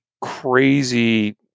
crazy